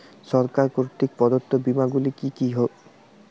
সরকার কর্তৃক প্রদত্ত বিমা গুলি কি কি?